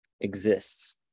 exists